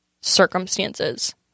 circumstances